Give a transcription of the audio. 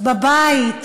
בבית,